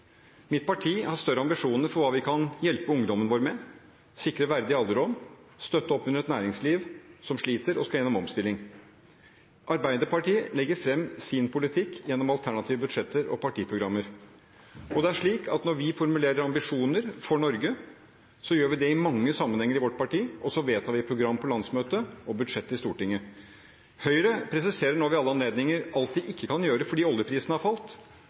Mitt parti har større ambisjoner for hva vi kan hjelpe ungdommen vår med, hvordan sikre en verdig alderdom og støtte opp om et næringsliv som sliter og som skal gjennom omstilling. Arbeiderpartiet legger fram sin politikk gjennom alternative budsjetter og partiprogrammer. Det er slik at når vi formulerer ambisjoner for Norge, gjør vi det i mange sammenhenger i vårt parti, og så vedtar vi et program på landsmøtet og budsjett i Stortinget. Høyre presiserer nå ved alle anledninger alt de ikke kan gjøre fordi oljeprisen har falt.